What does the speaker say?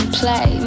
play